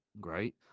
great